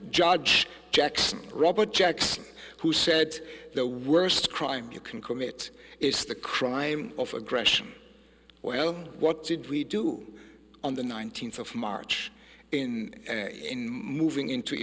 judge jackson robert jackson who said the worst crime you can commit is the crime of aggression well what did we do on the nineteenth of march in moving into